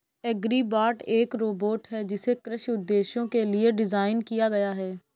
agribot एक robot है जिसे कृषि उद्देश्यों के लिए डिज़ाइन किया गया है